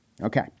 Okay